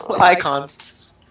Icons